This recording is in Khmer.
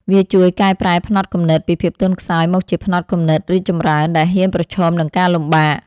វាជួយកែប្រែផ្នត់គំនិតពីភាពទន់ខ្សោយ មកជាផ្នត់គំនិតរីកចម្រើន ដែលហ៊ានប្រឈមនឹងការលំបាក។